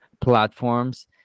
platforms